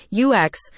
UX